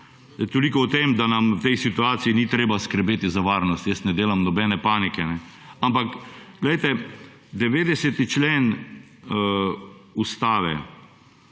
Toliko o tem, da nam v tej situaciji ni treba skrbeti za varnost. Jaz ne delam nobene panike. Ampak glejte, 90. člen Ustave,